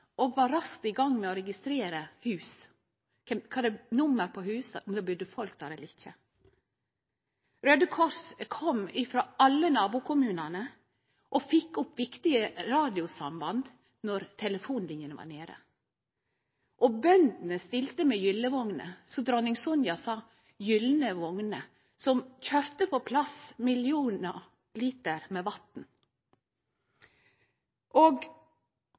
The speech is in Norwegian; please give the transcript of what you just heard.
og var raskt i gang med å registrere hus, nummer på hus, om det budde folk der eller ikkje. Raude Krossen kom frå alle nabokommunane og fekk opp viktige radiosamband når telefonlinjene var nede. Bøndene stilte med gyllevogner, som dronning Sonja kalla gylne vogner, som køyrde på plass millionar liter med